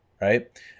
right